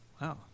Wow